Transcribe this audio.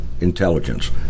intelligence